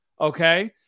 okay